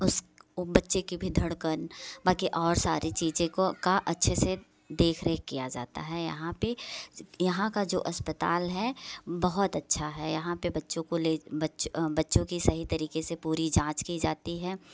उस वो के भी धड़कन बाकी और सारी चीज़ें को का अच्छे से देख रेख किया जाता है यहाँ पर यहाँ का जो अस्पताल है बहुत अच्छा है यहाँ पर बच्चों को ले बच बच्ची की सही तरीके से पूरी जाँच की जाती है